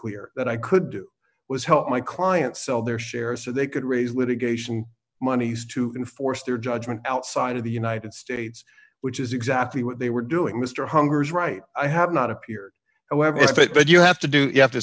clear that i could do was help my client sell their shares so they could raise litigation moneys to enforce their judgment outside of the united states which is exactly what they were doing mr hungers right i have not appeared however if it but you have to do you have to